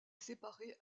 séparés